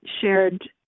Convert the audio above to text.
shared